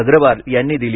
अग्रवाल यांनी दिली